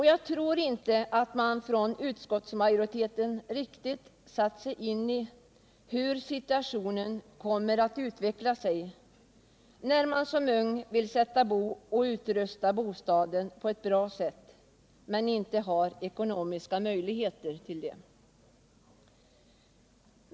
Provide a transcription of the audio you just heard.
Jag tror inte alt utskottsmajoriteten riktigt satt sig in i hur situationen kommer att utveckla sig när de unpa vill sätta bo och utrusta bostaden på ett bra sätt men inte har ekonomiska möjligheter titl det.